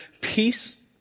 peace